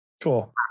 cool